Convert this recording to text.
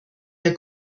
der